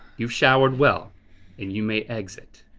you've showered well and you may exit.